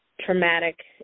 traumatic